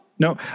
No